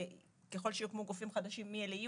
ככל שיוקמו גופים חדשים מי אלה יהיו,